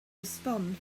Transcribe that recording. respond